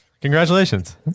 congratulations